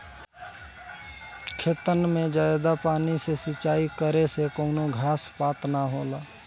खेतन मे जादा पानी से सिंचाई करे से कवनो घास पात ना होला